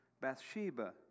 Bathsheba